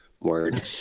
word